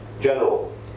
general